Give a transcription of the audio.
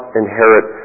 inherit